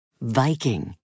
Viking